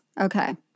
Okay